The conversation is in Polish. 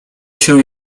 się